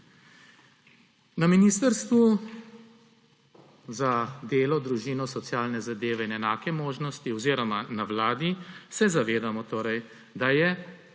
Na Ministrstvu za delo, družino, socialne zadeve in enake možnosti oziroma na Vladi se zavedamo torej, da je